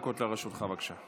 לרשותך, בבקשה.